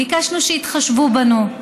ביקשנו שיתחשבו בנו,